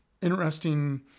interesting